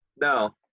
No